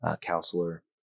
counselor